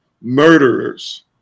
murderers